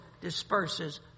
disperses